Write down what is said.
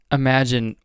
imagine